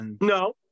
No